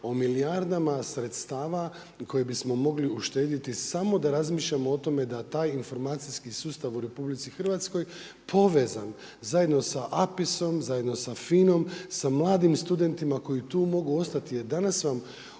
o milijardama sredstava koja bismo mogli uštedjeti samo da razmišljamo o tome da taj informacijski sustav u RH povezan zajedno sa APIS-om, zajedno sa FINA-om, sa mladim studentima koji tu mogu ostati.